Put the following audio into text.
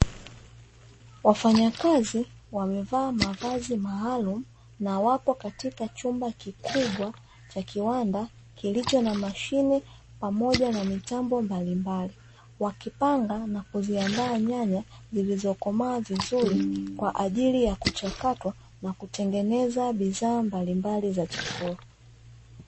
Wafanyakazi wamevaa mavazi maalumu na wapo katika chumba kikubwa cha kiwanda kilicho na mashine pamoja na mitambo mbalimbali. Wakipanga na kuziandaa nyanya zilizokomaa vizuri kwa ajili ya kuchakatwa na kutengeneza bidhaa mbalimbali za chakula.